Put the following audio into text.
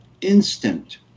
instant